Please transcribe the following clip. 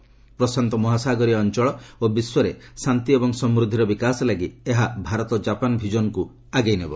ଭାରତ ପ୍ରଶାନ୍ତ ମହାସାଗରୀୟ ଅଞ୍ଚଳ ଓ ବିଶ୍ୱରେ ଶାନ୍ତି ଓ ସମୃଦ୍ଧିର ବିକାଶ ଲାଗି ଏହା ଭାରତ ଜାପାନ ଭିଜନକୁ ଆଗକ୍ତ ଆଗେଇ ନେବ